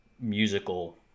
musical